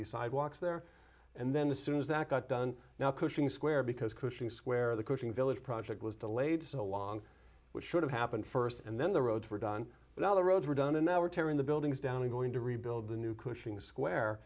be sidewalks there and then the soon as that got done now cushing square because cushing square the coaching village project was delayed so long which should have happened first and then the roads were done but all the roads were done and they were tearing the buildings down and going to rebuild the new cushing square